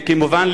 כמובן,